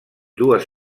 dues